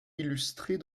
illustrée